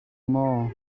maw